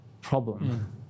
problem